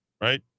Right